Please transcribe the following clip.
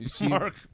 Mark